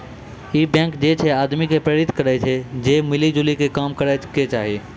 इ बैंक जे छे आदमी के प्रेरित करै छै जे मिली जुली के काम करै के चाहि